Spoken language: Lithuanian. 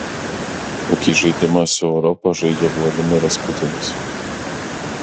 kokį žaidimą su europa žaidžia vladimiras putinas